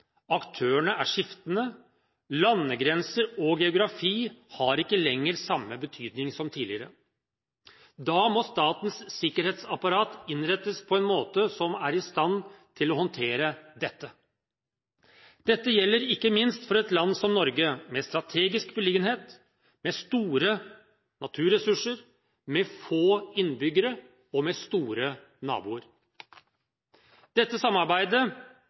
aktørene er skiftende og landegrenser og geografi har ikke lenger samme betydning som tidligere. Da må statens sikkerhetsapparat innrettes på en måte som er i stand til å håndtere dette. Dette gjelder ikke minst for et land som Norge, med strategisk beliggenhet, store naturressurser, få innbyggere og store naboer. Dette samarbeidet